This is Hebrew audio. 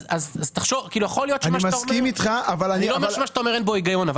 אני לא אומר שאין היגיון במה שאתה אומר.